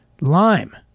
lime